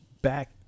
Back